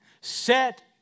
Set